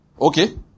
Okay